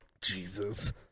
Jesus